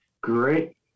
Great